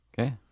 Okay